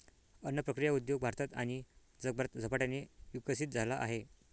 अन्न प्रक्रिया उद्योग भारतात आणि जगभरात झपाट्याने विकसित झाला आहे